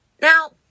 Now